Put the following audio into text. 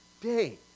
day